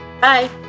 Bye